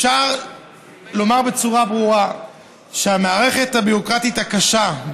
אפשר לומר בצורה ברורה שהמערכת הביורוקרטית הקשה,